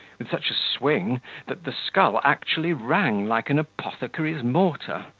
with such a swing that the skull actually rang like an apothecary's mortar,